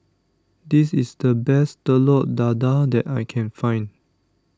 this is the best Telur Dadah that I can find